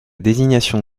désignation